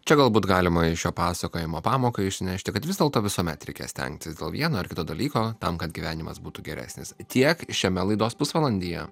čia galbūt galima į šio pasakojimo pamoką išnešti kad vis dėlto visuomet reikės stengtis dėl vieno ar kito dalyko tam kad gyvenimas būtų geresnis tiek šiame laidos pusvalandį